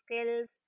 skills